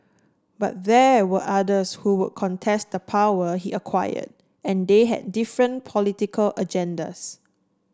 but there were others who would contest the power he acquired and they had different political agendas